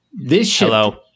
Hello